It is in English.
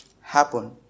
happen